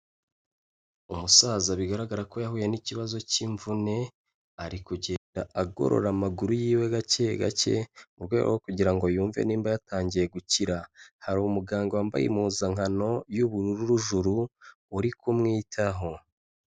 Umusaza bigaragara ko yahuye n'ikibazo cy'imvune, ari kugenda agorora amaguru yiwe gake gake, mu rwego rwo kugira ngo yumve nimba yatangiye gukira. Hari umuganga wambaye impuzankano y'ubururu juru uri kumwitaho.